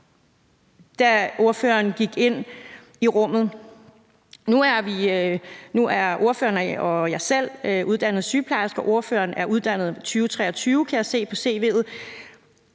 da ordføreren gik ind i rummet? Nu er ordføreren og jeg selv uddannet sygeplejersker. Ordføreren er uddannet i 2023, kan jeg se på cv'et,